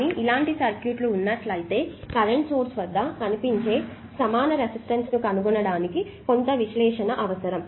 కానీ ఇలాంటి సర్క్యూట్ ఉన్నట్లయితే కరెంటు సోర్స్ వద్ద కనిపించే సమాన రెసిస్టన్స్ ను కనుగొనడానికి కొంత విశ్లేషణ అవసరం